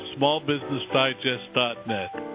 smallbusinessdigest.net